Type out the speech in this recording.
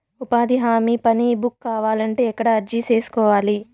ఉపాధి హామీ పని బుక్ కావాలంటే ఎక్కడ అర్జీ సేసుకోవాలి?